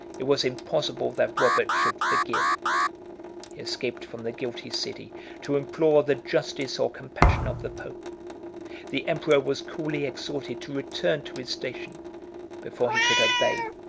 it was impossible that robert should forgive. he escaped from the guilty city to implore the justice or compassion of the pope the emperor was coolly exhorted to return to his station before he could obey,